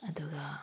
ꯑꯗꯨꯒ